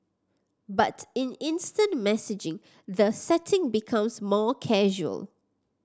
but in instant messaging the setting becomes more casual